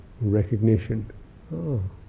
recognition